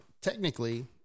technically